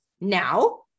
now